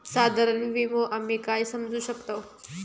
साधारण विमो आम्ही काय समजू शकतव?